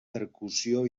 percussió